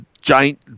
giant